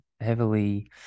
heavily